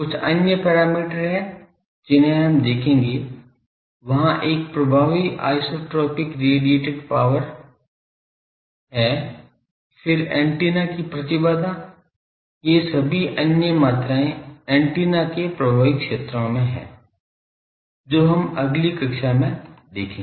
कुछ अन्य पैरामीटर हैं जिन्हें हम देखेंगे वहाँ एक प्रभावी आइसोट्रोपिक रेडिएटेड पावर है फिर एंटीना की प्रतिबाधा ये सभी अन्य मात्राएं एंटीना के प्रभावी क्षेत्र में हैं जो अगली कक्षा में देखेंगे